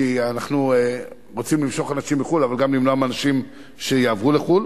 כי אנחנו רוצים למשוך אנשים מחו"ל אבל גם למנוע מאנשים שיעברו לחו"ל.